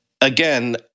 again